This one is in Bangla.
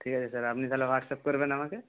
ঠিক আছে স্যার আপনি তাহলে হোয়াটসঅ্যাপ করবেন আমাকে